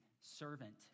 servant